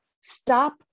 stop